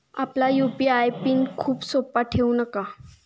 आपला UPI PIN खूप सोपा ठेवू नका